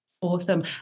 Awesome